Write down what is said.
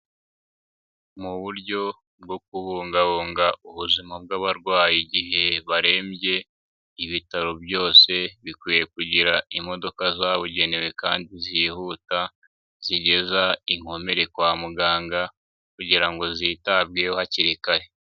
Mu buryo bwo kubungabunga ubuzima bw'abarwayi igihe barembye, ibitaro byose bikwiye kugira imodoka zabugenewe kandi zihuta, zigeza inkomere kwa muganga kugira ngo zitabweho hakiri kare.